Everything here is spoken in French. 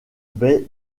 baie